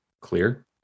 clear